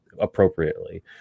appropriately